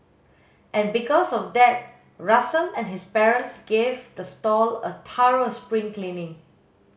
and because of that Russell and his parents gave the stall a thorough spring cleaning